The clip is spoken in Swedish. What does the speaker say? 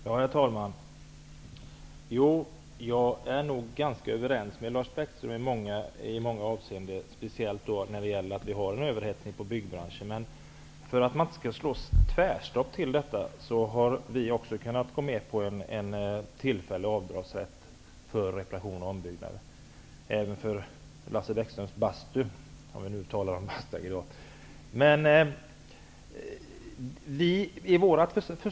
Herr talman! Jag är nog ganska överens med Lars Bäckström i många avseenden, speciellt när det gäller att vi har en överhettning inom byggbranschen. Men för att det inte skall bli tvärstopp har vi också kunnat gå med på en tillfällig avdragsrätt för reparation och ombyggnad, även för Lars Bäckströms bastu, om vi nu talar om bastuaggregat.